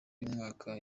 y’umwaka